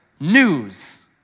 News